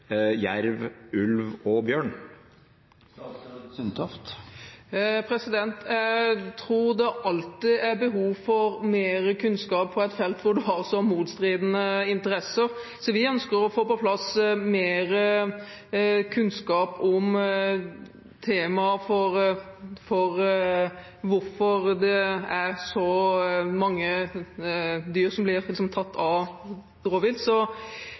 jerv, ulv og bjørn? Jeg tror det alltid er behov for mer kunnskap på et felt hvor man har så motstridende interesser, så vi ønsker å få på plass mer kunnskap om tema for hvorfor det er så mange dyr som blir tatt av rovvilt.